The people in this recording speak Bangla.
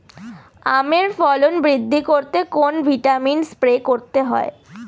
আমের ফলন বৃদ্ধি করতে কোন ভিটামিন স্প্রে করতে হয়?